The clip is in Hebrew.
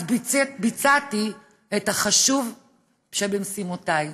אז ביצעתי את החשובה שבמשימותיי.